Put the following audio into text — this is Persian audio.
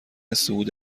صعود